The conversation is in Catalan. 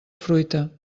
fruita